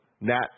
Nat